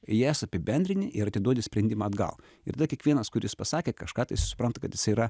jas apibendrini ir atiduodi sprendimą atgal ir tada kiekvienas kuris pasakė kažką tai supranta kad jisai yra